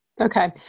Okay